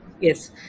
yes